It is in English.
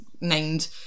named